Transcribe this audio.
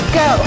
go